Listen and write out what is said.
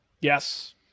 Yes